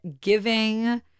giving